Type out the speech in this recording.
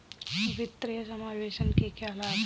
वित्तीय समावेशन के क्या लाभ हैं?